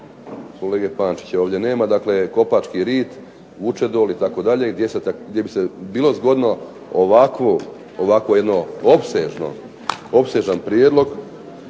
kolege Pančića ovdje nema, dakle Kopački rit, Vučedol itd. gdje bi bilo zgodno ovako jedan opsežan prijedlog,